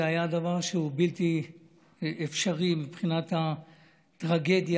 זה היה דבר בלתי אפשרי מבחינת הטרגדיה,